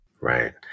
Right